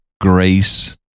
grace